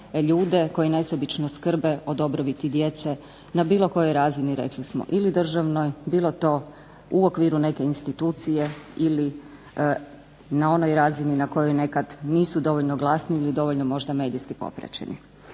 ljude koji nesebično skrbe o dobrobiti djece na bilo kojoj razini, rekli smo ili državnoj bilo to u okviru neke institucije ili na onoj razini na kojoj nekad nisu dovoljno glasni ili dovoljno možda medijski popraćeni.